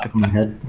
like my head.